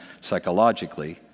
psychologically